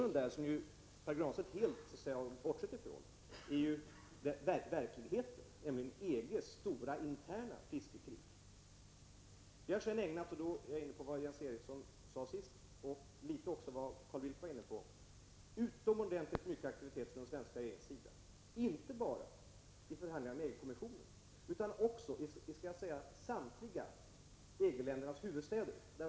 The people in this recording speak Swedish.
Den bakgrund som Pär Granstedt ju helt bortser från är verkligheten, nämligen EG:s stora interna fiskekrig. Sedan vill jag, med hänvisning till vad Jens Eriksson sist sade och i någon mån till vad också Carl Bildt var inne på, framhålla att den svenska regeringen har agerat utomordentligt aktivt, inte bara vid förhandlingar med EG-kommissionen utan också i samtliga EG-ländernas huvudstäder.